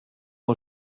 aux